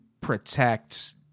protect